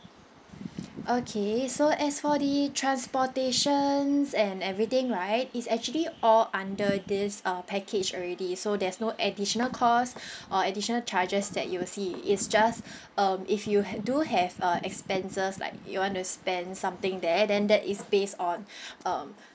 okay so as for the transportations and everything right it's actually all under this uh package already so there's no additional cost or additional charges that you'll see it's just um if you do have uh expenses like you want to spend something there then that is based on um